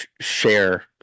share